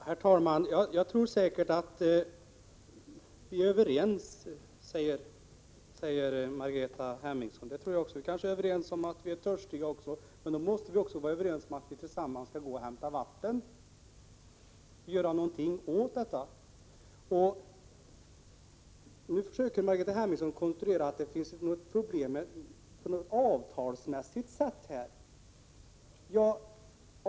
Herr talman! Jag tror säkert att vi är överens, säger Margareta Hemmingsson. Vi kanske är överens om att vi är törstiga också, men då måste vi bli överens om att tillsammans gå och hämta vatten och göra någonting åt detta. Nu försöker Margareta Hemmingsson konstruera avtalsmässiga problem.